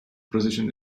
precision